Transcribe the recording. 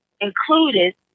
included